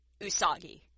Usagi